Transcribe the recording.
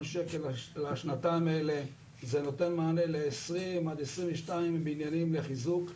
שקל לשנתיים האלה זה נותן מענה ל-20 עד 22 בניינים לחיזוק.